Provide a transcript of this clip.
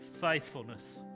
faithfulness